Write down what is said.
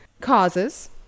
Causes